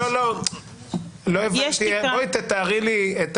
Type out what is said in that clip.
תתארי לי.